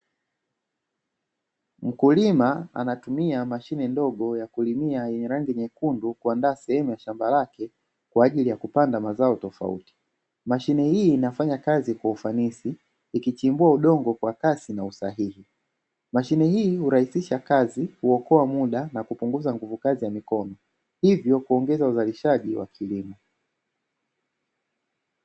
Mkulima anatumia mashine ndogo ya kulimia yenye rangi nyekundu kuandaa sehemu ya shamba lake kwa ajili ya kupanda mazao tofauti. Mashine hii inafanya kazi kwa ufanisi ikichimbua udongo kwa kasi na usahihi. Mashine hii hurahisisha kazi, huokoa muda na kupunguza nguvu kazi ya mikono. Hivyo kuongeza uzalishaji wa kilimo.